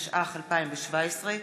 התשע"ח 2017,